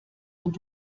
und